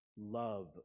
Love